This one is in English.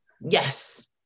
yes